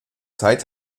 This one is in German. zeit